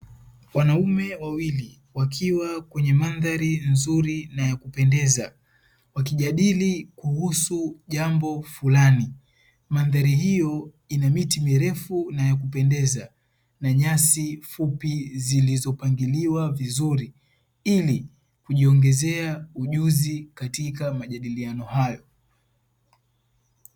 Wanaume wawili wakiwa kwenye mandhari nzuri na ya kupendeza wakijadili kuhusu jambo fulani, mandhari hiyo ina miti mirefu na ya kupendeza na nyasi fupi zilizopangiliwa vizuri ili kujiongezea ujuzi katika majadiliano hayo.